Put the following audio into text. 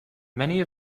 many